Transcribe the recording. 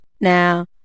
Now